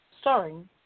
starring